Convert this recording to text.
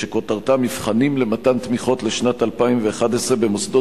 כותרתה: מבחנים למתן תמיכות לשנת 2011 במוסדות